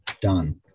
done